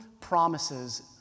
promises